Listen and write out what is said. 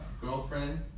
girlfriend